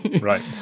Right